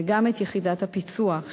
וגם את יחידת הפיצו"ח,